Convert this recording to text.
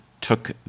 took